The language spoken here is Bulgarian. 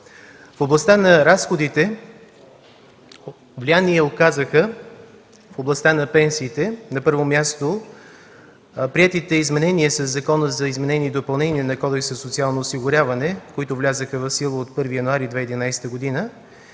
В областта на разходите влияние оказаха: В областта на пенсиите – на първо място, приетите изменения със Закона за изменение и допълнение на Кодекса за социално осигуряване, които влязоха в сила от 1 януари 2011 г.